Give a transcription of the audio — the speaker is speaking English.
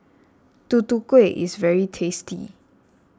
Tutu Kueh is very tasty